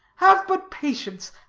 have but patience,